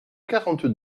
quarante